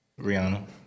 Rihanna